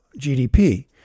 GDP